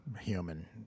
human